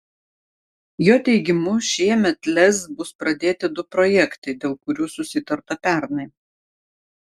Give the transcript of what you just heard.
jo teigimu šiemet lez bus pradėti du projektai dėl kurių susitarta pernai